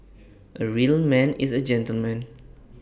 A real man is A gentleman